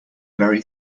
very